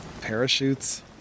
parachutes